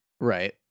Right